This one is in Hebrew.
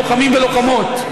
לוחמים ולוחמות.